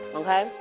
okay